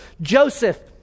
Joseph